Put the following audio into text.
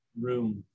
room